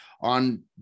on